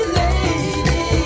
lady